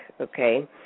okay